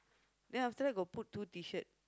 then after that got put two T-shirt